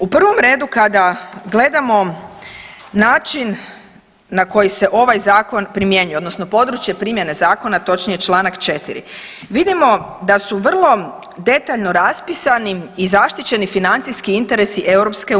U prvom redu kada gledamo način na koji se ovaj zakon primjenjuje odnosno područje primjene zakona točnije Članak 4., vidimo da su vrlo detaljno raspisani i zaštićeni financijski interesi EU.